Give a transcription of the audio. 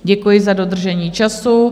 Děkuji za dodržení času.